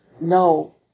No